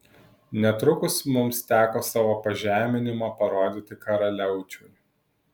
netrukus mums teko savo pažeminimą parodyti karaliaučiui